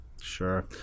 sure